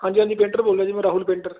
ਹਾਂਜੀ ਹਾਂਜੀ ਪੇਂਟਰ ਬੋਲ ਰਿਹਾ ਜੀ ਮੈਂ ਰਾਹੁਲ ਪੇਂਟਰ